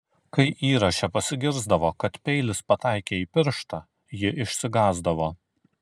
kai įraše pasigirsdavo kad peilis pataikė į pirštą ji išsigąsdavo